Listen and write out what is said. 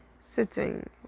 Sitting